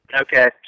Okay